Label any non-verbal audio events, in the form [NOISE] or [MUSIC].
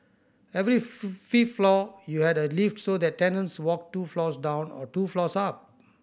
every [UNINTELLIGIBLE] fifth floor you had a lift so that tenants walked two floors down or two floors up